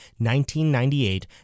1998